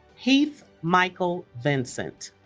heath michael vincent